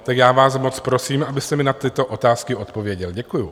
Tak já vám moc prosím, abyste mi na tyto otázky odpověděl. Děkuju.